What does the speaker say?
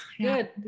good